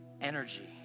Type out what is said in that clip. energy